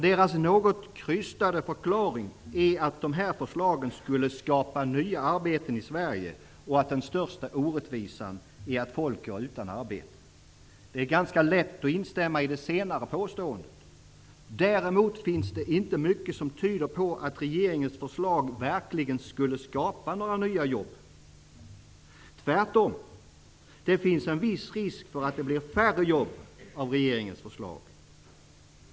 Deras något krystade förklaring är att de här förslagen skulle skapa nya arbeten i Sverige och att den största orättvisan är att folk går utan arbete. Det är ganska lätt att instämma i det senare påståendet. Däremot finns det inte mycket som tyder på att regeringens förslag verkligen skulle skapa några nya jobb. Tvärtom, det finns en viss risk för att det blir färre jobb med regeringens förslag.